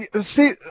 See